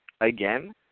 again